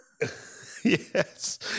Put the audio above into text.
Yes